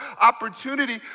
opportunity